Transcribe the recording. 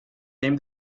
came